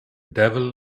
devil